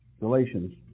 Galatians